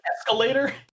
escalator